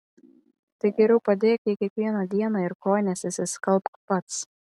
tai geriau padėk jai kiekvieną dieną ir kojines išsiskalbk pats